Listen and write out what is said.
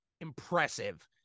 impressive